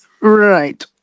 Right